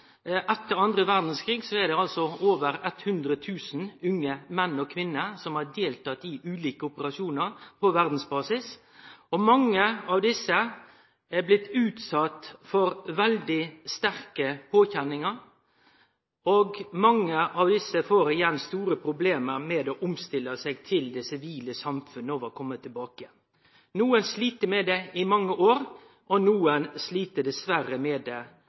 Etter den andre verdskrigen er det over 100 000 unge menn og kvinner som har deltatt i ulike operasjonar på verdsbasis. Mange av desse er blitt utsette for veldig sterke påkjenningar, og mange av dei får igjen store problem med å omstille seg til det sivile samfunnet og å komme tilbake. Nokon slit med det i mange år, og nokon slit dessverre med det